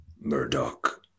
Murdoch